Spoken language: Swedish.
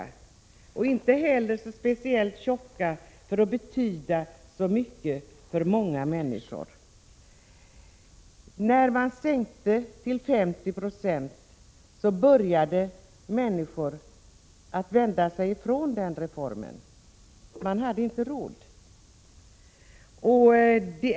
De behöver inte heller vara speciellt tjocka för att betyda mycket för många människor. När man sänkte till 50 26 började människor att vända sig från den här reformen. Man hade inte råd att utnyttja den.